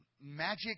magic